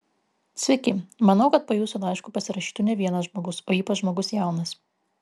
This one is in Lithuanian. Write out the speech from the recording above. sveiki manau kad po jūsų laišku pasirašytų ne vienas žmogus o ypač žmogus jaunas